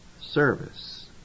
service